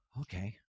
okay